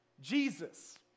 Jesus